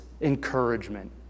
encouragement